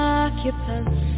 occupants